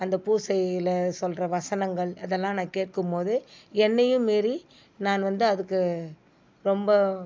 அந்த பூசையில் சொல்கிற வசனங்கள் அதெல்லாம் நான் கேட்கும் போது என்னையும் மீறி நான் வந்து அதுக்கு ரொம்ப